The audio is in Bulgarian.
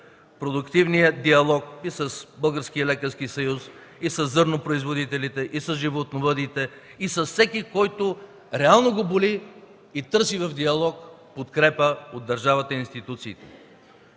с Българският лекарски съюз, и със зърнопроизводителите, и с животновъдите, и с всеки, който реално го боли и търси в диалог подкрепа от държавата и институциите.